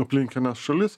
aplinkines šalis